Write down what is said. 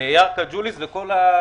אין בעיה,